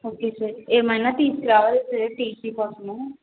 okay sir ఏమైనా తీసుకురావాలా sir TC కోసము